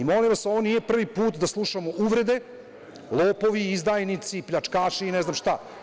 Molim vas, ovo nije prvi put da slušamo uvrede – lopovi, izdajnici, pljačkaši i ne znam šta.